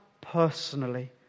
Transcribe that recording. personally